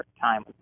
time